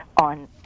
on